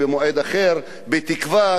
בתקווה שבאמת הממשלה,